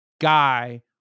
guy